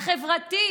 החברתי,